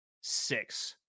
six